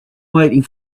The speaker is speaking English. waiting